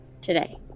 today